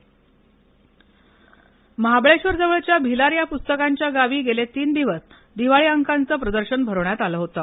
दिवाळी अंक प्रदर्शन महाबळेश्वर जवळच्या भिलार या पुस्तकांच्या गावी गेले तीन दिवस दिवाळी अंकांचं प्रदर्शन भरवण्यात आलं होतं